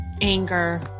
anger